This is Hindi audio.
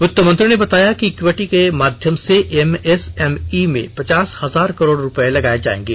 वित्त मंत्री ने बताया कि इक्विटी के माध्यम से एमएसएमई में पचास हजार करोड रुपए लगाए जाएंगे